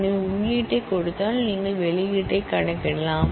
எனவே இன்புட்டைக் கொடுத்தால் நீங்கள் அவுட்புட்டைக் கணக்கிடலாம்